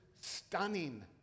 stunning